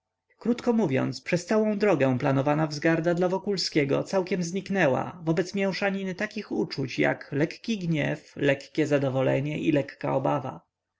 krótko mówiąc przez całą drogę planowana wzgarda dla wokulskiego całkiem zniknęła wobec mięszaniny takich uczuć jak lekki gniew lekkie zadowolenie i lekka obawa